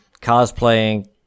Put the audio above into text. cosplaying